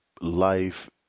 life